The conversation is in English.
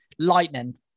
lightning